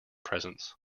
presents